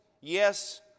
Yes